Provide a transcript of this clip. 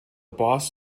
boss